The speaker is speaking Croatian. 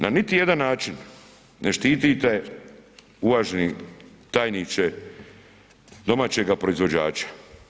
Na niti jedan način ne štitite uvaženi tajniče domaćega proizvođača.